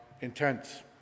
intense